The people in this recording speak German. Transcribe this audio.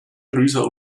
größer